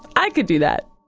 i could do that.